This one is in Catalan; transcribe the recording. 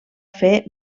fer